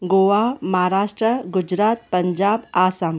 Goa Maharashtra Gujarat Punjab Assam